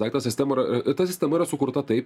daiktas sistema yra ta sistema yra sukurta taip